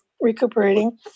recuperating